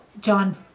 John